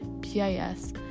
PIS